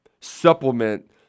supplement